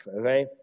okay